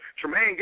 Tremaine